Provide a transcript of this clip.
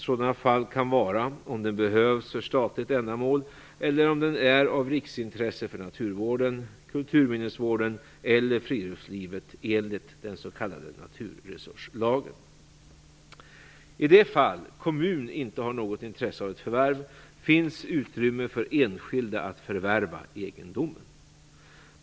Sådana fall kan vara om den behövs för statligt ändamål eller om den är av riksintresse för naturvården, kulturminnesvården eller friluftslivet enligt den s.k. naturresurslagen. I det fall kommunen inte har något intresse av ett förvärv finns utrymme för enskilda att förvärva egendomen.